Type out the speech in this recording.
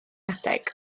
adeg